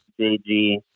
JG